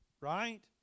Right